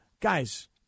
guys